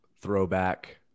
throwback